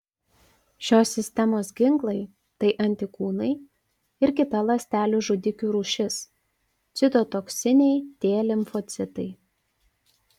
šios sistemos ginklai tai antikūnai ir kita ląstelių žudikių rūšis citotoksiniai t limfocitai